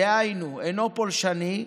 דהיינו המחקר אינו פולשני,